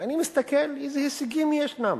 ואני מסתכל איזה הישגים ישנם.